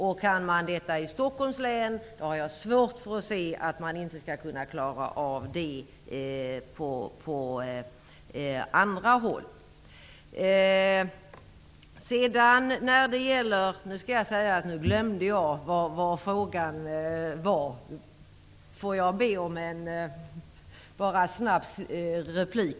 Om detta går i Stockholms län har jag svårt att se att det inte skall kunna gå på andra håll. Jag har glömt vad den andra frågan handlade om. Får jag be om en snabb replik?